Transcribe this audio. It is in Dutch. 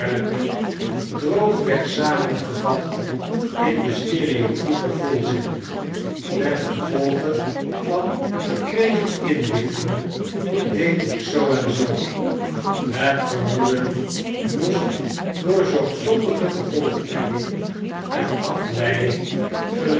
droogweg samengevat in den stereotiepen volzin ten gevolge van verkregen inlichtingen deed ik zoo en zoo het vermoeden moest door zorgvuldige gevolgtrekking en afieiding